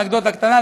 אנקדוטה קטנה,